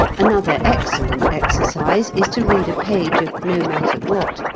another excellent exercise is to read a page of no-matter-what,